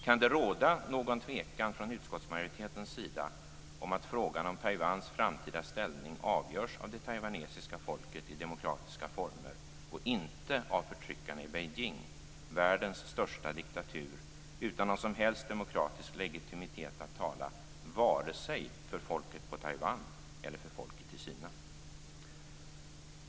Kan det råda någon tvekan inom utskottsmajoriteten om att frågan om Taiwans framtida ställning skall avgöras av det taiwanesiska folket i demokratiska former och inte av förtryckarna i Beijing - världens största diktatur, utan någon som helst demokratisk legitimitet att tala vare sig för folket på Taiwan eller för folket i Kina?